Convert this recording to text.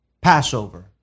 Passover